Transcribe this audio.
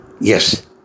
yes